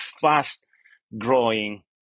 fast-growing